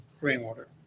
rainwater